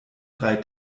drei